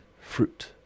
fruit